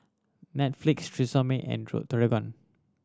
Netflix Tresemme and